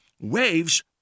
Waves